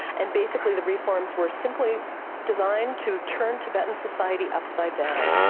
and basically the reforms were simply designed to turn tibetan society upside down.